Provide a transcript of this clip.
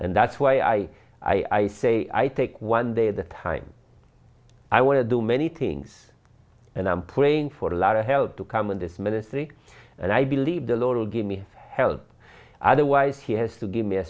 and that's why i say i think one day the time i want to do many things and i'm praying for a lot of help to come in this ministry and i believe the lord will give me help otherwise he has to give me a